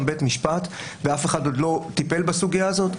בית משפט ואף אחד עוד לא טיפל בסוגיה הזאת,